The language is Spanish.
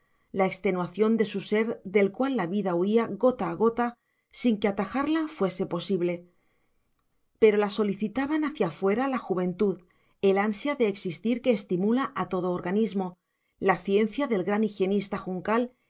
la extenuación de su ser del cual la vida huía gota a gota sin que atajarla fuese posible pero la solicitaban hacia fuera la juventud el ansia de existir que estimula a todo organismo la ciencia del gran higienista juncal